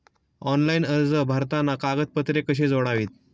Online अर्ज भरताना कागदपत्रे कशी जोडावीत?